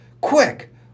Quick